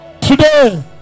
Today